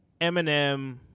eminem